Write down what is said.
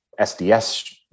SDS